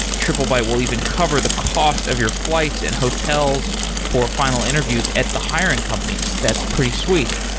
triplebyte will even cover the cost of your flights and hotels for final interviews at the hiring companies. that's pretty sweet.